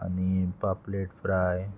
आनी पापलेट फ्राय